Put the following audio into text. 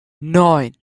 neun